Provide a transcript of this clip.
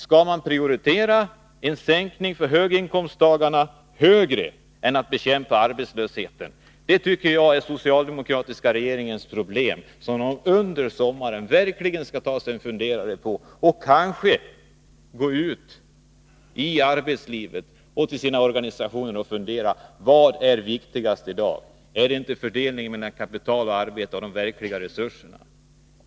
Skall man prioritera en sänkning för höginkomsttagarna framför bekämpning av arbetslösheten? Jag tycker att detta är den socialdemokratiska regeringens problem, som regeringen under sommaren verkligen bör ta sig en funderare över — och kanske gå ut i arbetslivet, till sina organisationer, för att undersöka vad som är viktigast i dag. Är det inte fördelningen mellan kapital och arbete av de verkliga resurserna?